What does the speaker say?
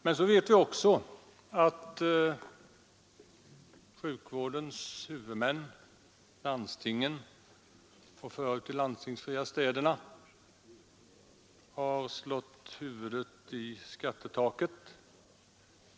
Men samtidigt vet vi också att sjukvårdens huvudmän — landstingen och de förut landstingsfria städerna — har slagit huvudet i skattetaket.